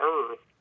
Earth